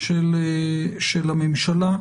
של הממשלה.